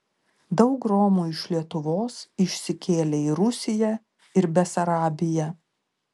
daug romų iš lietuvos išsikėlė į rusiją ir besarabiją